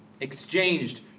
exchanged